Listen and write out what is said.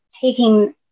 taking